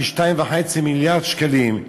כ-2.5 מיליארד שקלים,